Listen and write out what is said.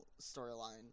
storyline